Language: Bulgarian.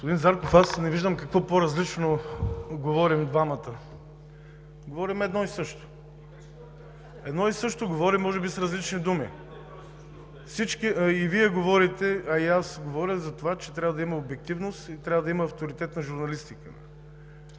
Господин Зарков, аз не виждам какво по-различно говорим двамата, а говорим за едно и също може би с различни думи. И Вие говорите, и аз говоря за това, че трябва да има обективност и трябва да има авторитетна журналистика.